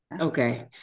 Okay